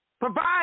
Provide